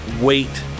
wait